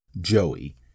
Joey